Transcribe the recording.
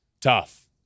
tough